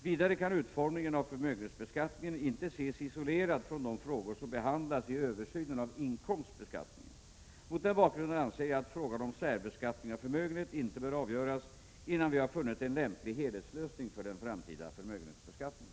Vidare kan utformningen av förmögenhetsbeskattningen inte ses isolerad från de frågor som behandlas i översynen av inkomstbeskattningen. Mot den bakgrunden anser jag att frågan om särbeskattning av förmögenhet inte bör avgöras innan vi funnit en lämplig helhetslösning för den framtida förmögenhetsbeskattningen.